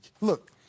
look